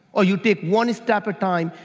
or you take one step a time,